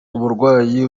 uburwayi